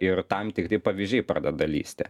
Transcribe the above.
ir tam tikri pavyzdžiai pradeda lįsti